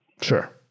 Sure